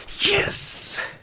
yes